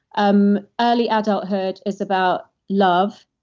um early adulthood is about love.